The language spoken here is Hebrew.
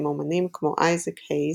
עם אמנים כמו אייזק הייז,